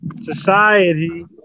society